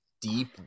deep